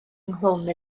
ynghlwm